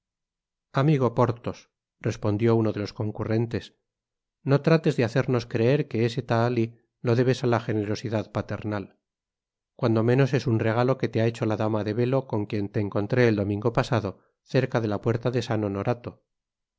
amigo porthos respondió uno de los concurrentes no trates de hacernos creer que este tahalí lo debes á la generosidad paternal cuando menos es un regalo que te ha hecho la dama del velo con quien je encontré el domingo pasado cerca de la puerta de san honorato